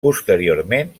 posteriorment